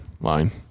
line